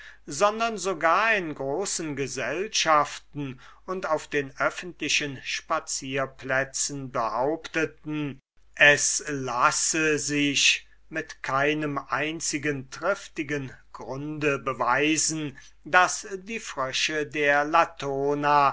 sondern sogar in großen gesellschaften und auf den öffentlichen spazierplätzen behaupteten es lasse sich mit keinem einzigen triftigen grunde beweisen daß die frösche der latona